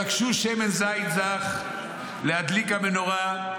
"ויבקשו שמן זית זך להדליק המנורה,